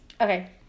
Okay